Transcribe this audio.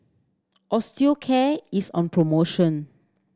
Osteocare is on promotion